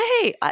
Hey